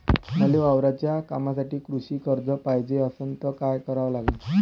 मले वावराच्या कामासाठी कृषी कर्ज पायजे असनं त काय कराव लागन?